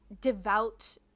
devout